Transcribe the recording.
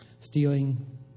Stealing